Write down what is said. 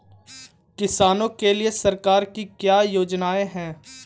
किसानों के लिए सरकार की क्या योजनाएं हैं?